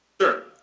Sure